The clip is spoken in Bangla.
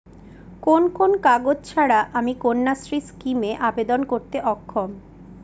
কোন কোন কাগজ ছাড়া আমি কন্যাশ্রী স্কিমে আবেদন করতে অক্ষম?